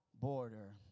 border